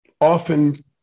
often